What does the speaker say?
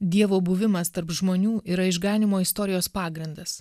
dievo buvimas tarp žmonių yra išganymo istorijos pagrindas